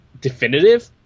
definitive